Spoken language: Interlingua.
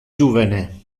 juvene